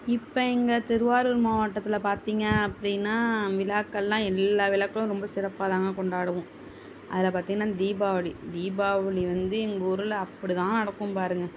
இப்போ எங்கள் திருவாரூர் மாவட்டத்தில் பார்த்திங்க அப்படின்னா விழாக்கள்லாம் எல்லா விழாக்களும் ரொம்ப சிறப்பாதாங்க கொண்டாடுவோம் அதில் பார்த்திங்ன்னா தீபாவளி தீபாவளி வந்து எங்கூரில் அப்படிதான் நடக்கும் பாருங்கள்